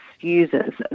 users